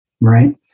right